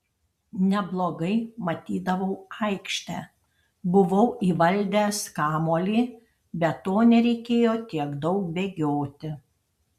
neblogai matydavau aikštę buvau įvaldęs kamuolį be to nereikėjo tiek daug bėgioti